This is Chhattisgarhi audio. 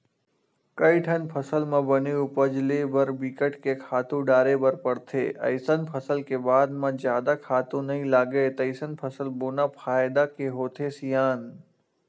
कइठन फसल म बने उपज ले बर बिकट के खातू डारे बर परथे अइसन फसल के बाद म जादा खातू नइ लागय तइसन फसल बोना फायदा के होथे सियान